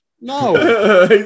No